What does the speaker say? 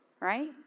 Right